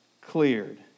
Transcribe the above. cleared